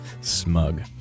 Smug